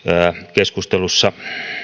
keskustelussa